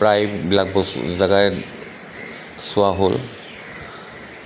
প্ৰায়বিলাক বস্তু জেগাই চোৱা হ'ল